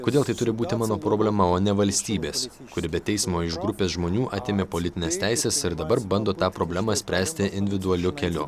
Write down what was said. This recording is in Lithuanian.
kodėl tai turi būti mano problema o ne valstybės kuri be teismo iš grupės žmonių atėmė politines teises ir dabar bando tą problemą spręsti individualiu keliu